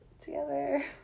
together